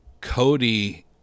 Cody